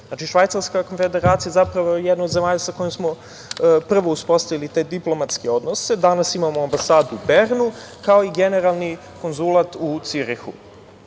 Znači, Švajcarska Konfederacija zapravo je jedna od zemalja sa kojom smo prvo uspostavili te diplomatske odnose. Danas imamo ambasadu u Bernu, kao i generalni konzulat u Cirihu.